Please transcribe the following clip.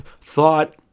thought